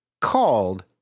called